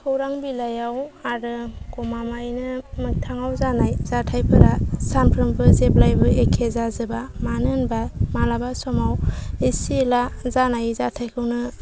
खौरां बिलाइआव आरो गमामायैनो मोग्थांआव जानाय जाथायफोरा सानफ्रोमबो जेब्लायबो एखे जाजोबा मानो होनबा मालाबा समाव एसे एला जानाय जाथायखौनो